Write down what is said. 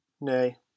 Nay